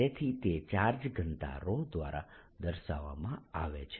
તેથી તે ચાર્જ ઘનતા દ્વારા દર્શાવવામાં આવે છે